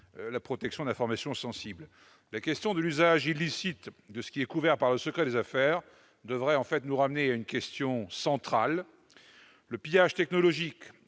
la protection d'informations sensibles. Traiter de l'usage illicite de ce qui est couvert par le secret des affaires devrait nous ramener à la question centrale du pillage technologique,